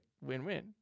Win-win